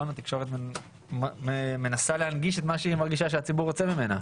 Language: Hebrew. התקשורת מנסה להנגיש מה שהיא מרגישה שהציבור רוצה ממנה,